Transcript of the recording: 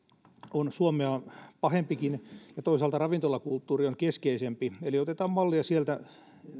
on suomea pahempikin ja joissa toisaalta ravintolakulttuuri on keskeisempi eli otetaan mallia sieltä